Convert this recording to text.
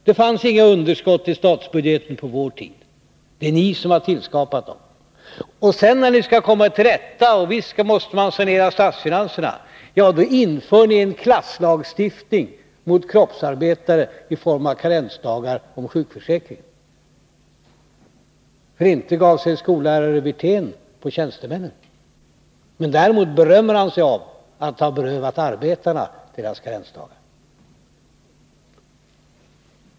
Det fanns inga underskott i statsbudgeten på vår tid. Det är ni som har tillskapat dem. Sedan när ni skall komma till rätta med förhållandena — och visst måste statsfinanserna saneras — inför ni en klasslagstiftning, mot kroppsarbetarna i form av karensdagar i sjukförsäkringen. Men inte gav sig skollärare Wirtén på tjänstemännen! Däremot berömmer han sig av att ha berövat arbetarna deras karensdagar.